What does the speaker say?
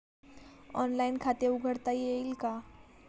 Online खाते उघडता येईल का?